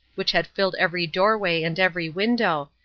which had filled every doorway and every window,